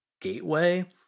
gateway